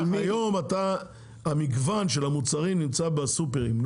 מגוון המוצרים נמצא בסופרים.